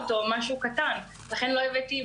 למקרה של מכות או משהו קטן ולכן לא הבאתי אף אחד.